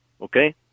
okay